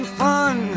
fun